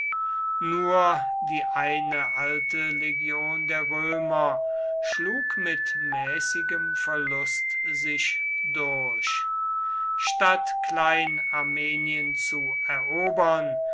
nur die eine alte legion der römer schlug mit mäßigem verlust sich durch statt klein armenien zu erobern